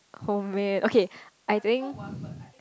homemade okay I think